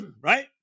right